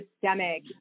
systemic